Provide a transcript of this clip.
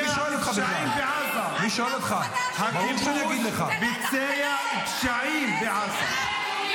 אני עומד מאחורי כל מילה שאמרתי.